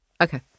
Okay